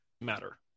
matter